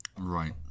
right